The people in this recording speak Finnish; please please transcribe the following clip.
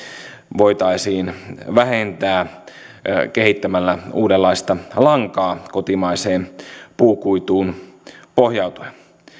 voitaisiin vähentää kehittämällä uudenlaista lankaa kotimaiseen puukuituun pohjautuen